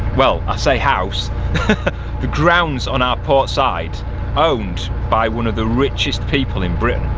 well, i say house the grounds on our port side owned by one of the richest people in britain.